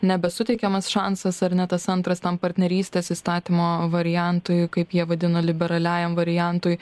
nebesuteikiamas šansas ar ne tas antras tam partnerystės įstatymo variantui kaip jie vadino liberaliajam variantui